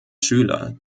schüler